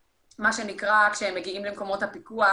כשהם מגיעים למקומות הפיקוח,